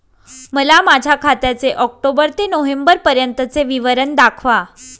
मला माझ्या खात्याचे ऑक्टोबर ते नोव्हेंबर पर्यंतचे विवरण दाखवा